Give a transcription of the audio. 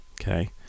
Okay